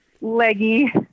leggy